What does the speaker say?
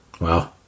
wow